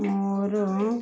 ମୋର